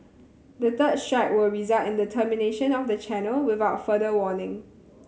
the third strike will result in the termination of the channel without further warning